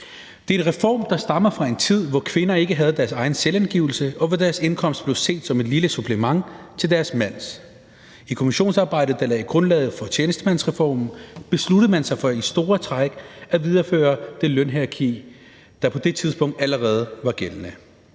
Det er en reform, der stammer fra en tid, hvor kvinder ikke havde deres egen selvangivelse, og hvor deres indkomst kunne ses som et lille supplement til deres mands. I kommissionsarbejdet, der lagde grundlaget for tjenestemandsreformen, besluttede man sig for i store træk at videreføre det lønhierarki, der på det tidspunkt allerede var gældende.